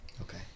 okay